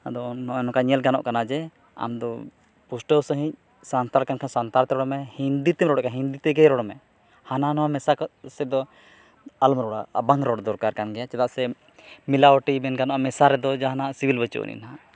ᱟᱫᱚ ᱱᱚᱜ ᱚᱭ ᱱᱚᱝᱠᱟ ᱧᱮᱞ ᱜᱟᱱᱚᱜ ᱠᱟᱱᱟ ᱡᱮ ᱟᱢᱫᱚ ᱯᱩᱥᱴᱟᱹᱣ ᱥᱟᱺᱦᱤᱡ ᱥᱟᱱᱛᱟᱲ ᱠᱟᱱ ᱠᱷᱟᱱᱮᱢ ᱥᱟᱱᱛᱟᱲᱛᱮ ᱨᱚᱲᱢᱮ ᱦᱤᱱᱫᱤᱛᱮᱢ ᱨᱚᱲᱮᱫ ᱠᱟᱱ ᱠᱷᱟᱱ ᱦᱤᱱᱫᱤ ᱛᱮᱜᱮ ᱨᱚᱲᱢᱮ ᱦᱟᱱᱟ ᱱᱟᱣᱟ ᱢᱮᱥᱟ ᱠᱟᱜ ᱥᱮ ᱫᱚ ᱟᱞᱚᱢ ᱨᱚᱲᱟ ᱟᱨ ᱵᱟᱝ ᱨᱚᱲ ᱫᱚᱨᱠᱟᱨ ᱠᱟᱱ ᱜᱮᱭᱟ ᱪᱮᱫᱟᱜ ᱥᱮ ᱢᱮᱞᱟᱣ ᱴᱤ ᱢᱮᱱ ᱜᱟᱱᱚᱜᱼᱟ ᱢᱮᱥᱟ ᱨᱮᱫᱚ ᱡᱟᱦᱟᱱᱟᱜ ᱥᱤᱵᱤᱞ ᱵᱟᱹᱪᱩᱜ ᱟᱹᱱᱤᱡ ᱱᱟᱜ